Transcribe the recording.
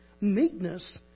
meekness